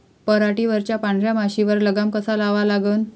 पराटीवरच्या पांढऱ्या माशीवर लगाम कसा लावा लागन?